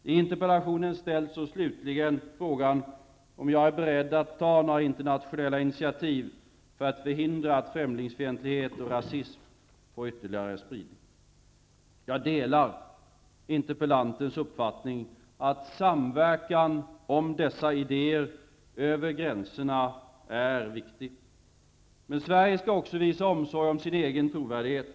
I interpellationen ställs slutligen frågan om jag är beredd att ta några internationella initiativ för att förhindra att främlingsfientlighet och rasism för ytterligare spridning. Jag delar interpellantens uppfattning att samverkan om dessa idéer över gränserna är viktig. Men Sverige måste också visa omsorg om sin egen trovärdighet.